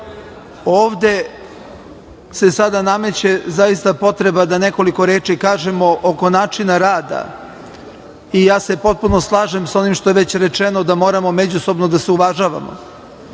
se sada nameće potreba da nekoliko reči kažemo oko načina rada. Ja se potpuno slažem sa onim što je već rečeno, da moramo međusobno da se uvažavamo.